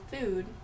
food